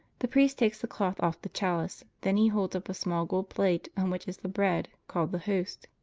the priest takes the cloth off the chalice. then he holds up a small gold plate on which is the bread, called the host.